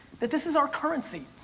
that this is our currency.